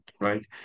Right